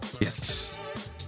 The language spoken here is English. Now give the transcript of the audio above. Yes